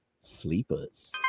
sleepers